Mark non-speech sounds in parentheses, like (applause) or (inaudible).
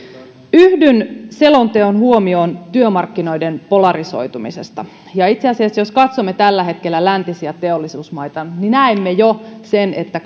yhdyn selonteon huomioon työmarkkinoiden polarisoitumisesta itse asiassa jos katsomme tällä hetkellä läntisiä teollisuusmaita niin näemme jo sen että (unintelligible)